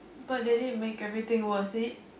but they didn't make everything worth it